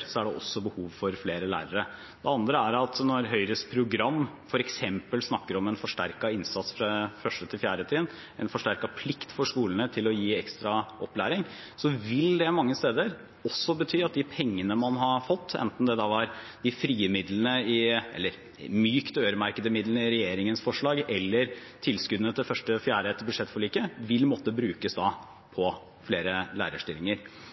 er det behov for flere lærere. Det andre er at når man i Høyres program f.eks. snakker om en forsterket innsats på 1.–4. trinn, en forsterket plikt for skolene til å gi ekstra opplæring, vil det mange steder bety at de pengene man har fått, enten det er de mykt øremerkete midlene i regjeringens forslag eller tilskuddene til 1.–4. trinn etter budsjettforliket, vil måtte brukes på flere lærerstillinger.